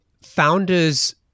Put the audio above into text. founders